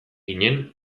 ginen